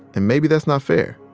and maybe that's not fair.